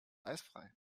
eisfrei